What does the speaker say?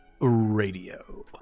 Radio